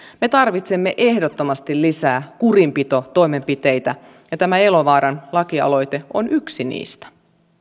me tarvitsemme ehdottomasti lisää kurinpitotoimenpiteitä ja tämä elovaaran lakialoite on yksi niistä